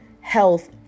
health